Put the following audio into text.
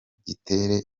gitere